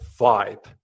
vibe